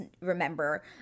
remember